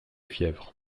fièvre